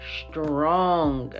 strong